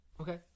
Okay